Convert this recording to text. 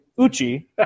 Uchi